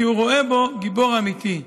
כי הוא רואה בו גיבור אמיתי,